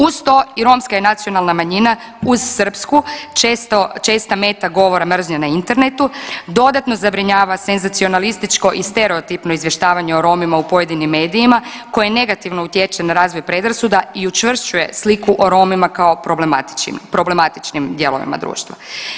Uz to i romska je nacionalna manjina uz srpsku česta meta govora mržnje na internetu dodatno zabrinjava senzacionalističko i stereotipno izvještavanje o Romima u pojedinim medijima koje negativno utječe na razvoj predrasuda i učvršćuje sliku o Romima kao problematičnim dijelovima društva.